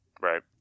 Right